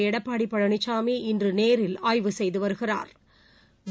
எடப்பாடி பழனிசாமி இன்று நேரில் ஆய்வு செய்து வருகிறாா்